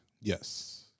Yes